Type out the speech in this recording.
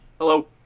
Hello